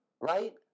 right